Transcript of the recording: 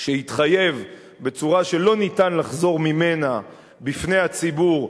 שהתחייב בצורה שלא ניתן לחזור ממנה בפני הציבור,